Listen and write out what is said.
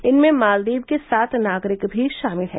इनमें मालदीव के सात नागरिक भी शामिल हैं